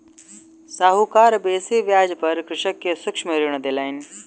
साहूकार बेसी ब्याज पर कृषक के सूक्ष्म ऋण देलैन